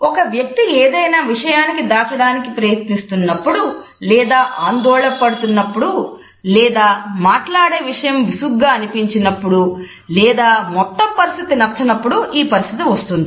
ఒక వ్యక్తి ఏదైనా విషయాన్ని దాచడానికి ప్రయత్నిస్తున్నప్పుడు లేదా ఆందోళన పడుతున్నప్పుడు లేదా మాట్లాడే విషయం విసుగ్గా అనిపించినప్పుడు లేదా మొత్తం పరిస్థితి నచ్చనప్పుడు ఈ పరిస్థితి వస్తుంది